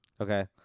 Okay